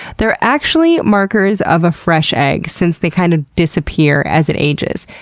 they're actually markers of a fresh egg, since they kind of disappear as it ages.